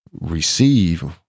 receive